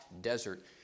desert